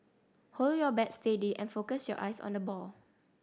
hold your bat steady and focus your eyes on the ball